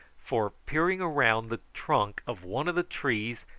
for peering round the trunk of one of the trees,